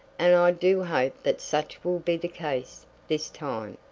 and i do hope that such will be the case this time.